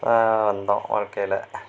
வந்தோம் வாழ்க்கையில்